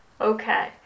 okay